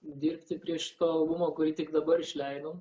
dirbti prie šito albumo kurį tik dabar išleidom